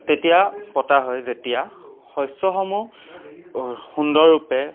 তেতিয়া পতা হয় যেতিয়া শষ্যসমূহ সুন্দৰৰূপে